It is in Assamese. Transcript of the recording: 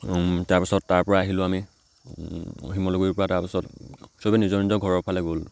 তাৰপাছত তাৰপৰা আহিলোঁ আমি শিমলুগুৰিৰ পৰা তাৰপাছত সবেই নিজৰ নিজৰ ঘৰৰ ফালে গ'ল